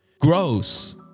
Gross